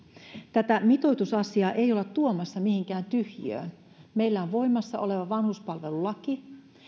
tätä mitoitusasiaa ei olla tuomassa mihinkään tyhjiöön meillä on voimassa oleva vanhuspalvelulaki